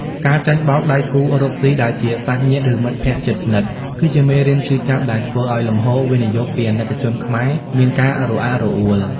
ការចាញ់បោក "ដៃគូរកស៊ី" ដែលជាសាច់ញាតិ ឬមិត្តភក្ដិជិតស្និទ្ធ គឺជាមេរៀនឈឺចាប់ដែលធ្វើឱ្យលំហូរវិនិយោគពីអាណិកជនខ្មែរ មានការរអាក់រអួល។